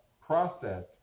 process